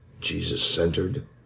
Jesus-centered